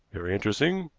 very interesting,